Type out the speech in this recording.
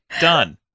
Done